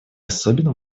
особенно